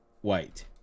white